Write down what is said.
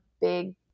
big